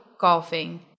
golfing